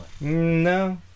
No